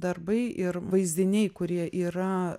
darbai ir vaizdiniai kurie yra